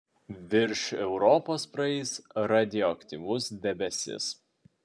virš europos praeis radioaktyvus debesis